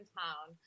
town